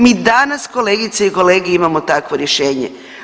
Mi danas kolegice i kolege imamo takvo rješenje.